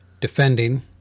defending